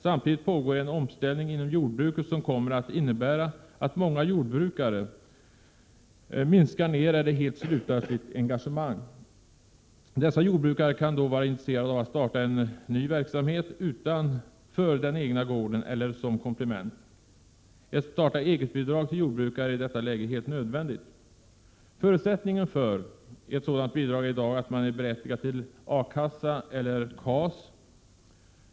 Samtidigt pågår en omställning inom jordbruket, som kommer att innebära att många jordbrukare minskar eller helt upphör med sitt engagemang. Dessa jordbrukare kan då vara intresserade av att starta en verksamhet utanför den egna gården eller som komplement. Ett starta-eget-bidrag till jordbrukare är i detta läge helt nödvändigt. Förutsättningen för ett sådant bidrag är i dag att man är berättigad till ersättning från A-kassa eller KAS.